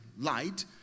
light